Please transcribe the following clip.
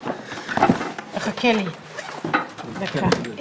14:30.